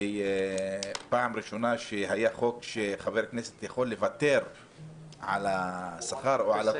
פעם ראשונה שהיה חוק שחבר כנסת יכול לוותר על התוספת,